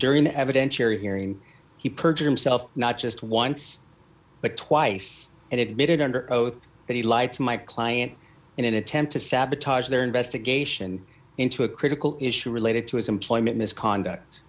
during the evidentiary hearing he perjured himself not just once but twice and admitted under oath that he lied to my client in an attempt to sabotage their investigation into a critical issue related to his employment misconduct